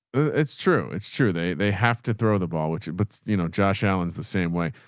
it's true. it's true. they they have to throw the ball with you, but you know, josh, allen's the same way.